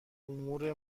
امور